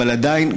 אבל עדיין,